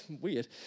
weird